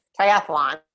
triathlon